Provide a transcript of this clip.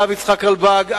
הרב יצחק רלב"ג,